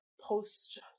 post